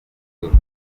gikuru